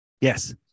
Yes